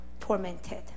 tormented